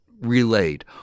relayed